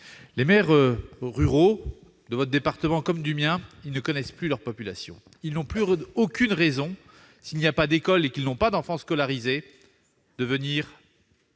Les maires ruraux de votre département comme du mien ne connaissent plus leur population. Les administrés n'ont plus aucune raison, s'il n'y a pas d'école et qu'ils n'ont pas d'enfants scolarisés, de venir